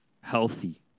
healthy